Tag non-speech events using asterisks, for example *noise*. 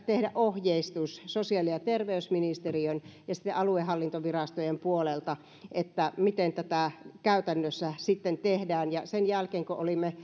tehdä ohjeistus sosiaali ja terveysministeriön ja aluehallintovirastojen puolelta siitä miten tätä käytännössä sitten tehdään ja sen jälkeen kun olimme *unintelligible*